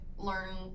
Learn